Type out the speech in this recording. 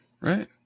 Right